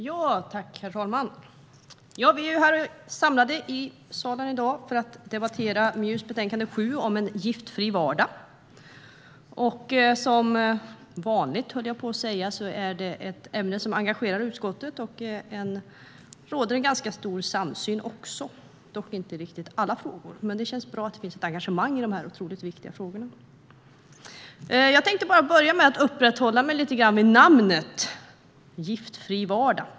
Herr talman! Vi är samlade i salen i dag för att debattera MJU:s betänkande nr 7 om en giftfri vardag. Som vanligt, höll jag på att säga, är det ett ämne som engagerar utskottet. Det råder en stor samsyn - dock inte i riktigt alla frågor. Det känns bra att det finns ett engagemang i dessa otroligt viktiga frågor. Jag tänkte börja med att upprätthålla mig lite grann vid namnet Giftfri vardag .